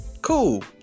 cool